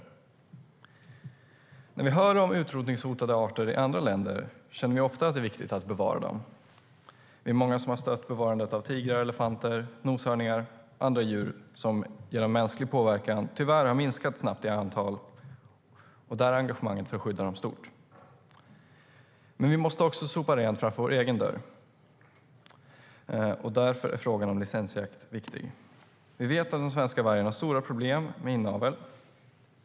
STYLEREF Kantrubrik \* MERGEFORMAT Svar på interpellationerVi vet att den svenska vargen har stora problem med inavel.